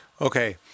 Okay